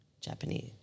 Japanese